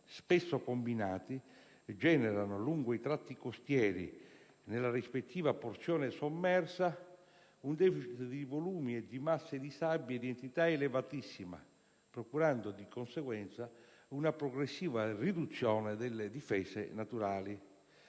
spesso combinati, generano lungo i tratti costieri, nella rispettiva porzione sommersa, un *deficit* di volumi e di masse di sabbie di entità elevatissima, procurando, di conseguenza, una progressiva riduzione delle difese naturali.